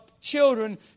children